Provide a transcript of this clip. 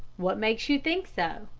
what makes you think so?